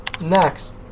Next